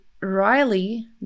Riley